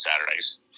Saturdays